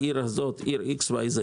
בעיר מסוימת.